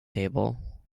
table